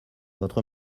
votre